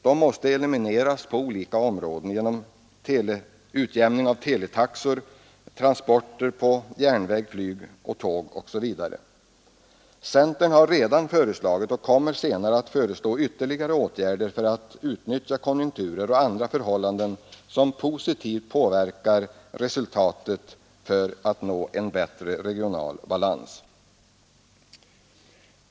De måste elimineras på olika områden, genom utjämning av teletaxor, transporttaxor på järnväg, flyg, tåg osv. Centern har redan föreslagit och kommer senare att föreslå ytterligare åtgärder för att utnyttja konjunkturerna och andra förhållanden som positivt påverkar resultatet i syfte att nå en bättre regional balans.